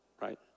right